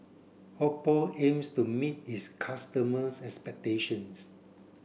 Oppo aims to meet its customers' expectations